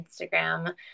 Instagram